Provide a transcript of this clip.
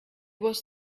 was